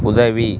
உதவி